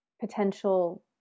potential